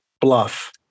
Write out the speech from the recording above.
bluff